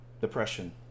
depression